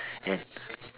and